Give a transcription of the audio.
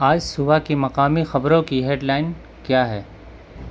آج صبح کی مقامی خبروں کی ہیڈ لائن کیا ہے